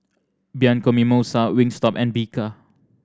Bianco Mimosa Wingstop and Bika